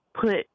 put